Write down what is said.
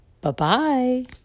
Bye-bye